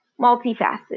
multifaceted